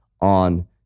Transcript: on